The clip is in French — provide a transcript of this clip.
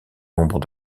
nombre